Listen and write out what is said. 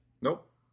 Nope